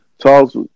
Charles